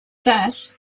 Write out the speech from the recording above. that